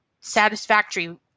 satisfactory